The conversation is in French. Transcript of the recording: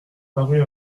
parut